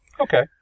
Okay